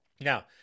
Now